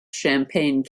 champagne